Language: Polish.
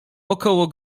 około